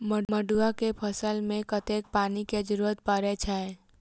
मड़ुआ केँ फसल मे कतेक पानि केँ जरूरत परै छैय?